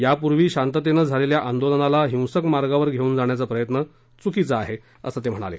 यापूर्वी शांततेनं झालेल्या आंदोलनाला हिंसक मार्गावर घेऊन जाण्याचा प्रयत्न चूक आहे असं ते म्हणाले